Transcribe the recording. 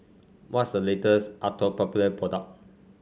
what's the latest Atopiclair product